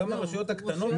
גם לרשויות הקטנות?